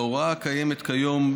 בהוראה הקיימת כיום,